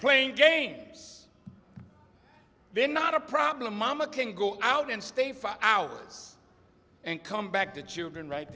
playing games they're not a problem mama can go out and stay for hours and come back the children right